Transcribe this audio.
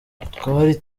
twari